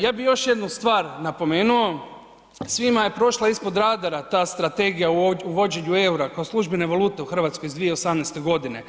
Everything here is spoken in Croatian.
Ja bi još jednu stvar napomenuo, svima je prošla ispod radara ta strategija o uvođenju EUR-a kao službene valute u Hrvatskoj iz 2018. godine.